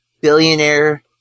billionaire